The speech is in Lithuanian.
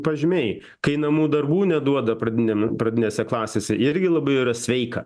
pažymiai kai namų darbų neduoda pradiniame pradinėse klasėse irgi labai yra sveika